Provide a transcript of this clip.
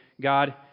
God